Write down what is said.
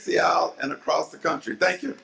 seattle and across the country thank you